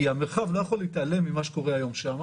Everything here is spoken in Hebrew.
כי המרחב לא יכול להתעלם ממה שקורה היום שם,